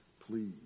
please